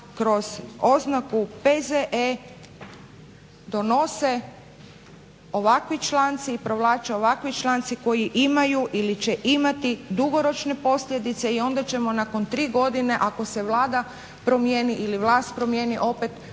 kroz oznaku P.Z.E. donose ovakvi članci i provlače ovakvi članci koji imaju ili će imati dugoročne posljedice i onda ćemo nakon tri godine ako se Vlada promijeni ili vlast promijeni opet